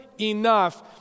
enough